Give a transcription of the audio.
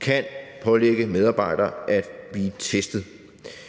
kan pålægge medarbejdere at blive testet.